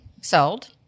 Sold